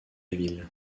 ville